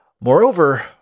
Moreover